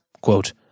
quote